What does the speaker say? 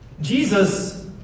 Jesus